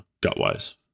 gut-wise